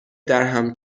درهم